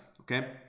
Okay